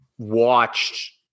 watched